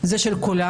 זה של כולנו,